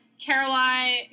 Caroline